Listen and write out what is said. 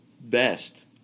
best